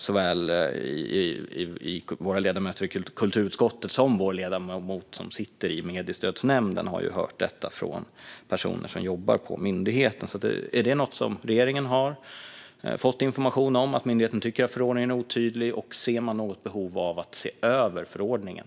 Såväl våra ledamöter i kulturutskottet som vår ledamot i mediestödsnämnden har hört detta från personer som jobbar på myndigheten. Är det något som regeringen har fått information om: att myndigheten tycker att förordningen är otydlig? Ser man något behov av att se över förordningen?